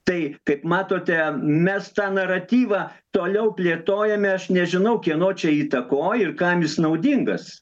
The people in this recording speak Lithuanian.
tai kaip matote mes tą naratyvą toliau plėtojame aš nežinau kieno čia įtakoj ir kam jis naudingas